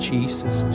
Jesus